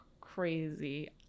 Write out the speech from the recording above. crazy